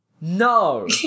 No